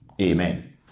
Amen